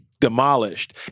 demolished